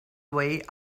way